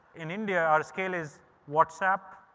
in india, our scale is whatsapp,